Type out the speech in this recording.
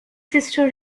sister